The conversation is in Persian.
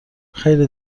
خیلی